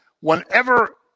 whenever